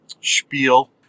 spiel